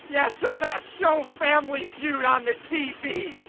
yeah, so that's show family feud on the tv.